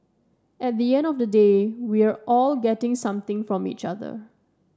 at the end of the day we're all getting something from each other